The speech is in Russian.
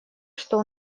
что